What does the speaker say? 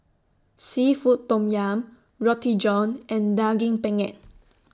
Seafood Tom Yum Roti John and Daging Penyet